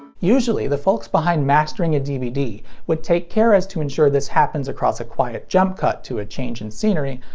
usually the folks behind mastering a dvd would take care as to ensure this happens across a quiet jump cut to a change in scenery,